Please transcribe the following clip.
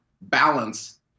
balance